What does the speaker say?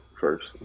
first